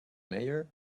mayor